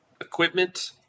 equipment